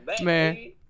man